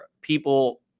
people